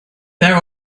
there